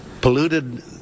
Polluted